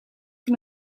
van